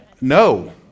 no